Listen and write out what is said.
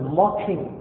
mocking